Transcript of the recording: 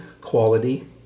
quality